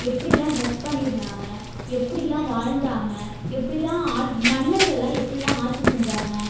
எப்படில்லாம் ட்ரஸ் பண்ணியிருந்தாங்க எப்படில்லாம் வாழ்ந்தாங்கள் எப்படில்லாம் ஆட் மன்னர்கள்லாம் எப்படில்லாம் ஆட்சி செஞ்சாங்கள்